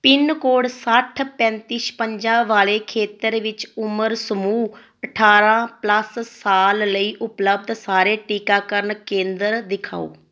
pin code ਸੱਠ ਪੈਂਤੀ ਛਪੰਜਾ ਵਾਲੇ ਖੇਤਰ ਵਿੱਚ ਉਮਰ ਸਮੂਹ ਅਠਾਰਾਂ ਪਲੱਸ ਸਾਲ ਲਈ ਉਪਲਬਧ ਸਾਰੇ ਟੀਕਾਕਰਨ ਕੇਂਦਰ ਦਿਖਾਓ